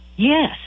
Yes